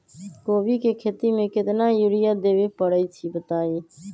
कोबी के खेती मे केतना यूरिया देबे परईछी बताई?